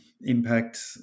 impact